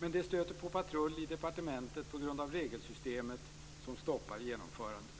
Men detta stöter på patrull i departementet, på grund av regelsystemet som stoppar genomförandet.